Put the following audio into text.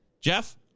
Jeff